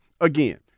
again